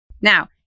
Now